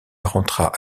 rentra